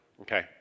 Okay